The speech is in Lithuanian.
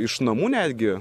iš namų netgi